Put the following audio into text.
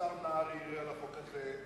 השר נהרי ערער על החוק הזה,